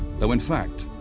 though in fact,